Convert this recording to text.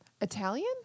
Italian